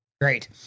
great